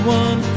one